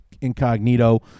incognito